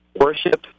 worship